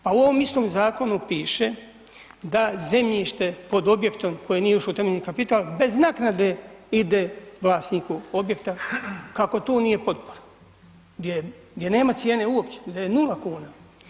Pa u ovom istom zakonu piše da zemljište objektom koji nije ušao u temeljni kapital, bez naknade ide vlasniku objekta, kako tu nije potpora, gdje nema cijene uopće, gdje je nula kuna.